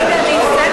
אדוני השר,